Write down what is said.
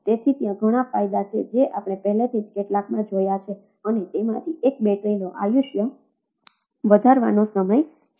તેથી ત્યાં ઘણા ફાયદા છે જે આપણે પહેલાથી જ કેટલાકમાં જોયા છે અને તેમાથી એક બેટરીનો આયુષ્ય વધારવાનો સમય છે